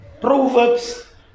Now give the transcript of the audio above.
Proverbs